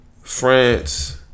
France